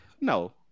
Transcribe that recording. No